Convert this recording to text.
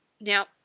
Now